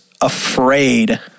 afraid